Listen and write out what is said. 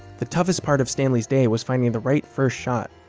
the toughest part of stanley's day was finding the right first shot.